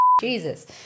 Jesus